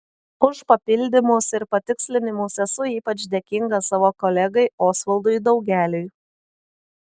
už papildymus ir patikslinimus esu ypač dėkinga savo kolegai osvaldui daugeliui